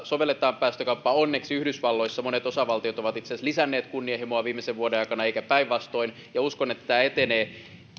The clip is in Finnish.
sovelletaan päästökauppaa ja onneksi yhdysvalloissa monet osavaltiot ovat itse asiassa lisänneet kunnianhimoa viimeisen vuoden aikana eikä päinvastoin ja uskon että tämä etenee